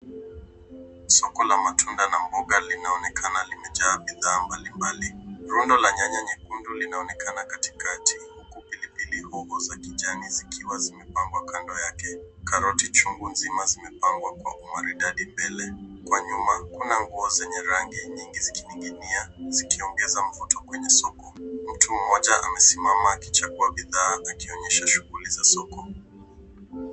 Soko la matunda na mboga linaonekana limejaa bidhaa mbalimbali. Rundo la nyanya nyekundu linaonekana katikati huku pilipili hoho za kijani zikiwa zimepangwa kando yake. Karoti chungu nzima zimepangwa kwa umaridadi mbele. Kwa nyuma kuna nguo zenye rangi nyingi zikining'inia zikiongeza mvuto kwenye soko. Mtu mmoja amesimama akichagua bidhaa akionyesha shughuli za soko.